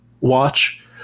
watch